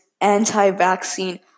anti-vaccine